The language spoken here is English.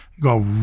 Go